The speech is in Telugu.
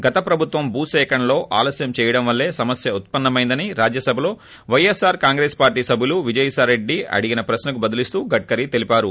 గత ప్రభుత్వం భూసేకరణలో ఆలస్వం చేయడం వల్లే ఈ సమస్వ ఉత్సన్నమైందని రాజ్యసభలో వైఎస్ఆర్ కాంగ్రెస్ పార్టీ సభ్యులు విజయసాయిరెడ్డి అడిగిన ప్రక్న కు బదులిస్తూ గడ్కరీ తెలిపారు